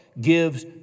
gives